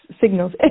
signals